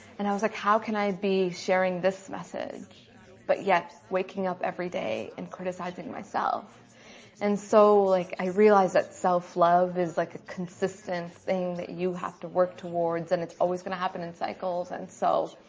and i was like how can i be sharing this message but yet waking up every day and criticizing myself and so like i realized that self-love is like a consistent thing that you have to work towards and it's always going to happen in cycles. and so